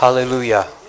Hallelujah